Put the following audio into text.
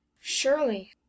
surely